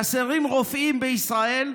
חסרים רופאים בישראל,